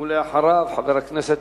חבר הכנסת